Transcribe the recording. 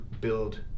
build